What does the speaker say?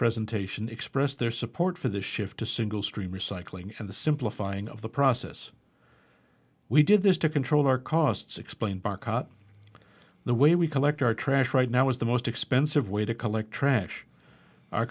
presentation express their support for the shift to single stream recycling and the simplifying of the process we did this to control our costs explained by cop the way we collect our trash right now is the most expensive way to collect trash our